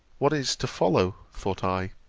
what is to follow? thought i.